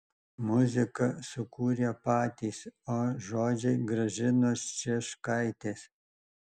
muziką sukūrė patys o žodžiai gražinos cieškaitės